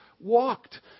walked